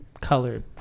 colored